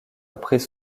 après